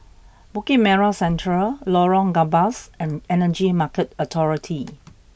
Bukit Merah Central Lorong Gambas and Energy Market Authority